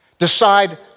decide